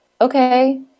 okay